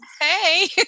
Hey